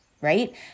right